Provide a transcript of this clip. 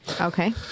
Okay